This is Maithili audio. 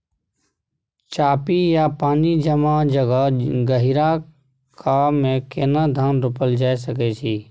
चापि या पानी जमा जगह, गहिरका मे केना धान रोपल जा सकै अछि?